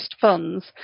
funds